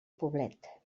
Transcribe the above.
poblet